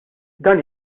dan